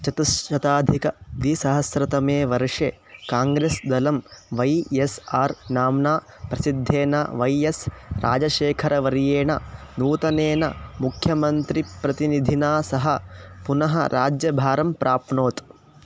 चतुश्शताधिकद्विसहस्रतमे वर्षे काङ्ग्रेस् दलं Y S R नाम्ना प्रसिद्धेन वै एस् राजेखरवर्येण नूतनेन मुख्यमन्त्रिप्रतिनिधिना सह पुनः राज्यभारं प्राप्नोत्